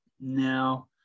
Now